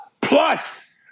Plus